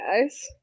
guys